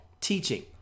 teaching